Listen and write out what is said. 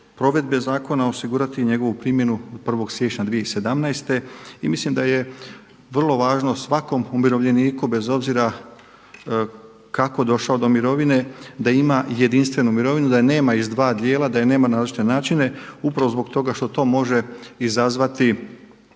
provedbe zakona osigurati njegovu primjenu od 1. siječnja 2017. I mislim da je vrlo važno svakom umirovljeniku bez obzira kako došao do mirovine da ima jedinstvenu mirovinu, da je nema iz dva dijela, da je nema na različite načine upravo zbog toga što to može izazvati